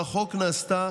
על החוק נעשתה